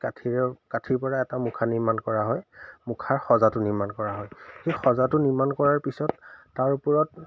সেই কাঠিৰ কাঠিৰপৰা এটা মুখা নিৰ্মাণ কৰা হয় মুখাৰ সজাটো নিৰ্মাণ কৰা হয় সেই সজাটো নিৰ্মাণ কৰাৰ পিছত তাৰ ওপৰত